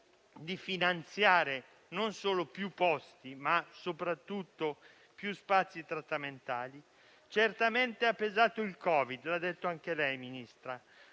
di finanziare non solo più posti, ma soprattutto più spazi trattamentali. Certamente hanno pesato il Covid, come ha detto anche lei, signora